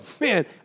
man